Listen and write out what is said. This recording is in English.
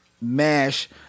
MASH